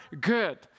good